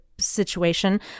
Situation